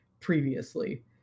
previously